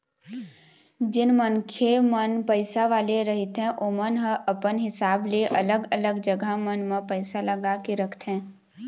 जेन मनखे मन पइसा वाले रहिथे ओमन ह अपन हिसाब ले अलग अलग जघा मन म पइसा लगा के रखथे